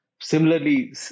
Similarly